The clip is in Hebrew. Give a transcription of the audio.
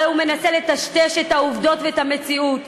הרי הוא מנסה לטשטש את העובדות ואת המציאות.